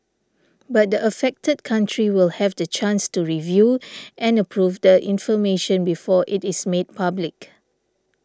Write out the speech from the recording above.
but the affected country will have the chance to review and approve the information before it is made public